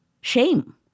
shame